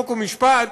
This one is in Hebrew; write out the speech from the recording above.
חוק ומשפט,